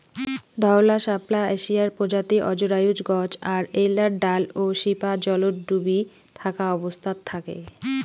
ধওলা শাপলা এশিয়ার প্রজাতি অজরায়ুজ গছ আর এ্যাইলার ডাল ও শিপা জলত ডুবি থাকা অবস্থাত থাকে